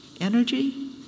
energy